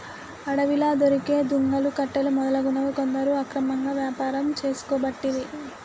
అడవిలా దొరికే దుంగలు, కట్టెలు మొదలగునవి కొందరు అక్రమంగా వ్యాపారం చేసుకోబట్టిరి